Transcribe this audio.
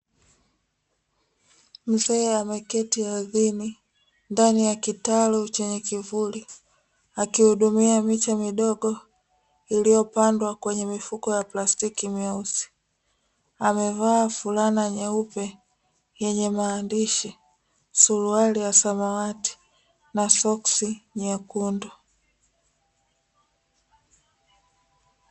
Mzee ameketi ardhini ndani ya kitalu chenye kivuli akihudumia miche midogo iliyopandwa kwenye mifuko ya plastiki meusi, amevaa fulana nyeupe yenye maandishi, suruali ya samawati na soksi nyekundu.